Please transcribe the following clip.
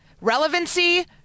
Relevancy